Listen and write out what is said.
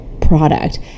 product